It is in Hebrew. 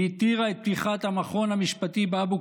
היא התירה את פתיחת המכון המשפטי באבו